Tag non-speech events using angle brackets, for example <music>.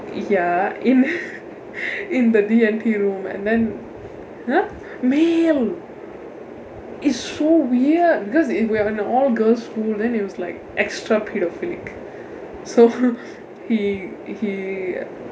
ya in <laughs> in the D and T room and then !huh! male it's so weird because they if we are in an all girls school then it was like extra pedophilic so he he